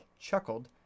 chuckled